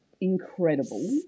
Incredible